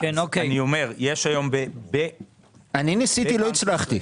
אני ניסיתי, לא הצלחתי.